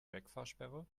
wegfahrsperre